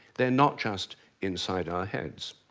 they're not just inside our heads.